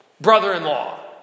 brother-in-law